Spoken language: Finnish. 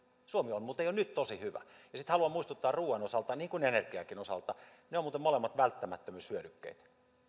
suomi on muuten jo nyt tosi hyvä sitten haluan muistuttaa ruoan osalta niin kuin energiankin osalta että ne ovat muuten molemmat välttämättömyyshyödykkeitä